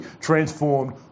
transformed